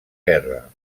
guerra